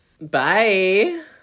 Bye